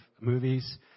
movies